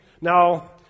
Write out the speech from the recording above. Now